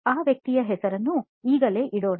ಆ ವ್ಯಕ್ತಿಯ ಹೆಸರನ್ನು ಈಗಲೇ ಇಡೋಣ